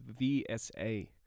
VSA